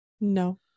No